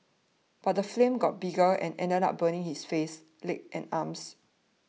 but the flames got bigger and ended up burning his face neck and arms